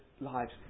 lives